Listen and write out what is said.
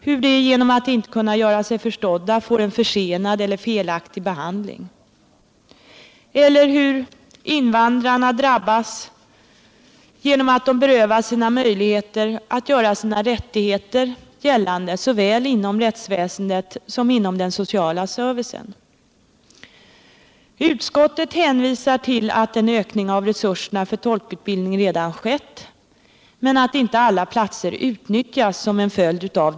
Hur de genom att inte kunna göra sig förstådda får en försenad eller felaktig behandling eller hur invandrarna drabbas genom att de berövas sina möjligheter att göra sina rättigheter gällande såväl inom rättsväsendet som inom den sociala servicen. Utskottet hänvisar till att en ökning av resurserna för tolkutbildning redan skett men att som en följd av det studiesociala stödet inte alla platser utnyttjas.